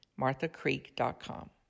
MarthaCreek.com